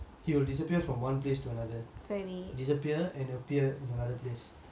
he will disappear from one place to another disappear and appear in another place